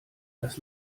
das